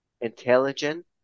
intelligent